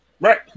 Right